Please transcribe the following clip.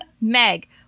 Meg